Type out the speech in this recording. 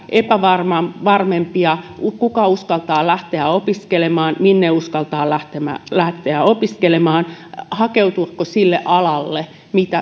epävarmempia epävarmempia kuka uskaltaa lähteä opiskelemaan minne uskaltaa lähteä opiskelemaan hakeutuako sille alalle